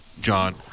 John